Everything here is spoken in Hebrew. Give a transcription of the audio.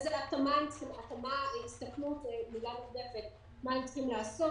איזו התאמה או ההסתכלות הם צריכים לעשות,